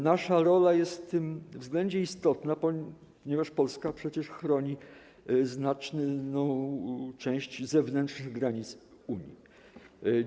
Nasza rola jest w tym względzie istotna, ponieważ Polska przecież chroni znaczną część zewnętrznych granic Unii.